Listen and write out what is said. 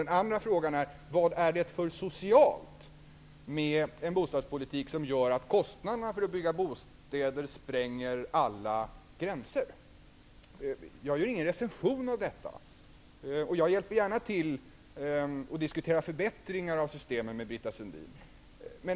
Den andra frågan gäller vad det är för socialt med en bostadspolitik som gör att kostnaderna för att bygga bostäder spränger alla gränser. Jag gör ingen recension av detta faktum, och jag hjäl per gärna till och diskuterar förbättringar av sy stemen med Britta Sundin.